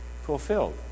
fulfilled